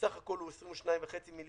שבסך הכול הוא 22.5 מיליארד,